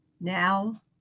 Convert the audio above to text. now